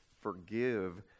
Forgive